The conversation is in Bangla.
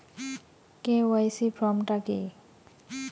কে.ওয়াই.সি ফর্ম টা কি?